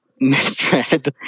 misread